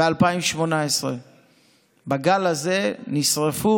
בגל הזה נשרפו